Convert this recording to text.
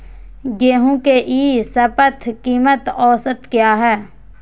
गेंहू के ई शपथ कीमत औसत क्या है?